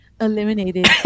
eliminated